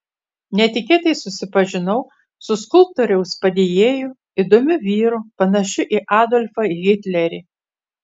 netikėtai susipažinau su skulptoriaus padėjėju įdomiu vyru panašiu į adolfą hitlerį